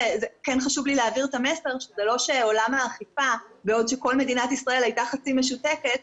חשוב לי להעביר את המסר שבעוד שכל מדינת ישראל הייתה חצי משותקת,